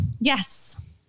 yes